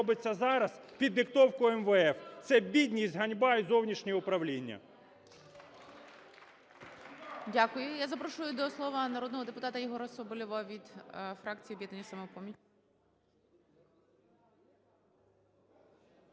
зараз під диктовку МВФ. Це бідність, ганьба і зовнішнє управління.